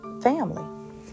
family